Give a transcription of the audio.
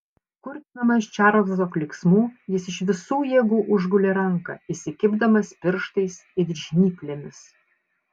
kurtinamas čarlzo klyksmų jis iš visų jėgų užgulė ranką įsikibdamas pirštais it žnyplėmis